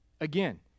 Again